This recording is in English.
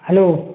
hello